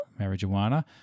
Marijuana